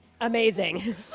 Amazing